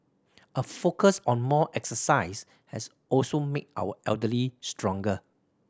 a focus on more exercise has also made our elderly stronger